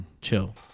Chill